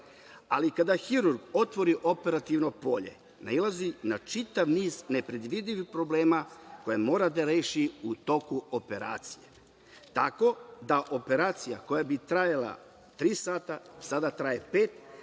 krvi. Kada hirurg otvori operativno polje, nailazi na čitav niz nepredvidivih problema koje mora da reši u toku operacije, tako da operacija koja bi trajala tri sata sada traje